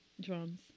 Drums